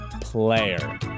Player